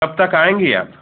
कब तक आएँगी आप